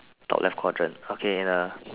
top left quadrant okay in the